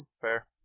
Fair